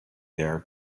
there